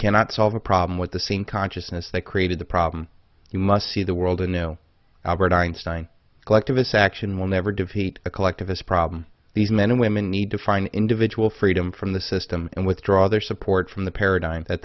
cannot solve a problem with the same consciousness that created the problem you must see the world anew albert einstein collectivist action will never defeat a collectivist problem these men and women need to find individual freedom from the system and withdraw their support from the paradigm that